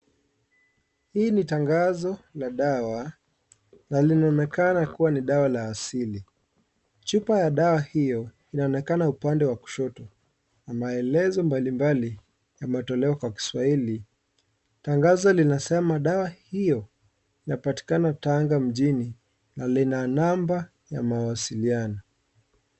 Hii ni tangazo la dawa na linaonekana kuwa ni dawa ya asili, chupa ya dawa hiyo inaonekana upande wa kushoto na maelezo mbalimbali yametolewa kwa kiswahili. Tangazo linasema dawa hiyo inapatikana mjini na lina namba ya mawasiliano.